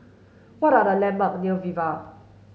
what are the landmarks near Viva